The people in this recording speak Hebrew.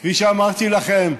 כפי שאמרתי לכם,